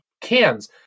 cans